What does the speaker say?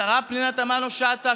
השרה פנינה תמנו שטה,